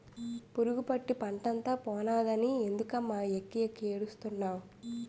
పురుగుపట్టి పంటంతా పోనాదని ఎందుకమ్మ వెక్కి వెక్కి ఏడుస్తున్నావ్